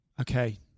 okay